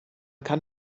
kann